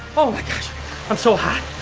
oh my gosh i'm so hot.